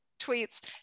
tweets